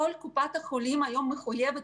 כל קופת חולים מחויבת,